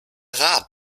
rat